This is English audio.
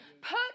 Put